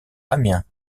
amiens